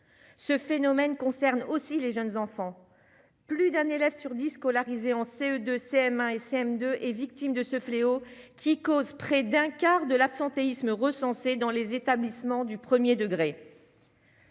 ce phénomène concerne aussi les jeunes enfants, plus d'un élève sur 10 scolarisés en CE2, CM1 et CM2 est victime de ce fléau qui cause près d'un quart de l'absentéisme recensés dans les établissements du 1er degré.